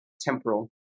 temporal